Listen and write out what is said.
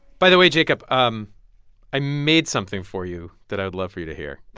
by the way, jacob, um i made something for you that i'd love for you to hear